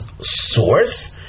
source